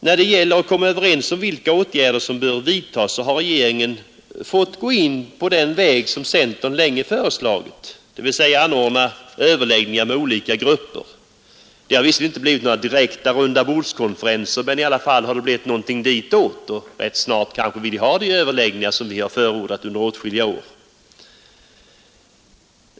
När det gäller att komma överens om vilka åtgärder som bör vidtas har regeringen nu fått slå in på den väg som centern länge föreslagit, dvs. anordna överläggningar med olika grupper. Det har visserligen inte blivit nägra direkta rundabordskonferenser, men i alla fall något ditåt, och rätt snart kanske regeringen vill ha sådana överläggningar som vi har förordat under åtskilliga år.